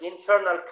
internal